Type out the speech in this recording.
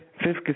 Fifth